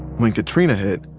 when katrina hit,